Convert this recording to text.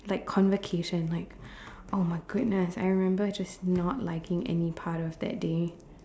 like convocation like oh my goodness I remember just not liking any part of that day